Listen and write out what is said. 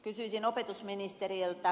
kysyisin opetusministeriltä